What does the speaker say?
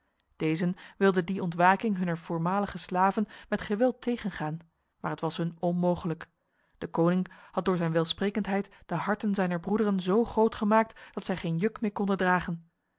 dezen wilden die ontwaking hunner voormalige slaven met geweld tegengaan maar het was hun onmogelijk deconinck had door zijn welsprekendheid de harten zijner broederen zo groot gemaakt dat zij geen juk meer konden dragen